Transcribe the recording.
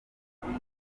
bigo